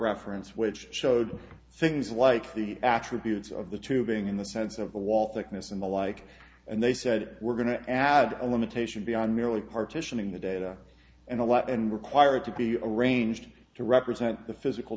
reference which showed things like the actual buttes of the tubing in the sense of the wall thickness and the like and they said we're going to add a limitation beyond merely partitioning the data and a lot and required to be arranged to represent the physical